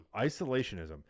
isolationism